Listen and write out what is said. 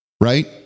Right